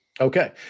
Okay